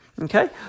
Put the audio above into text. okay